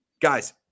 guys